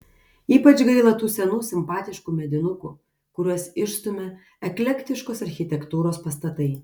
ypač gaila tų senų simpatiškų medinukų kuriuos išstumia eklektiškos architektūros pastatai